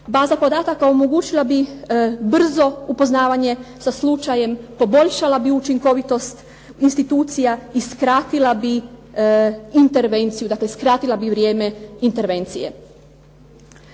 Baza podataka omogućila bi brzo upoznavanje sa slučajem, poboljšala bi učinkovitost institucija i skratila bi vrijeme intervencije.